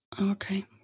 Okay